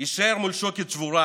יישאר מול שוקת שבורה,